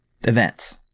events